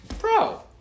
bro